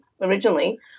originally